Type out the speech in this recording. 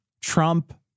Trump